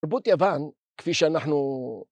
תרבות יוון, כפי שאנחנו...